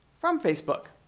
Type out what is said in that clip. from facebook.